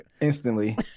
instantly